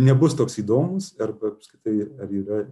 nebus toks įdomus arba apskritai ar yra